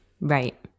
Right